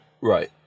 Right